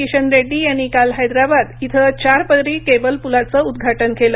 किशन रेड्डी यांनी काल हैदराबाद इथं चार पदरी केबल पूलाचं उद्घाटन केलं